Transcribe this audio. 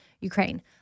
Ukraine